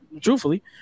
truthfully